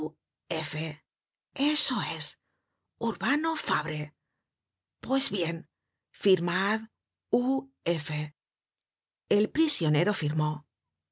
fabre pues bien firmad u f el prisionero firmó